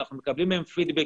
אנחנו מקבלים מהם פידבקים.